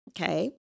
okay